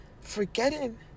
forgetting